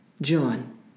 John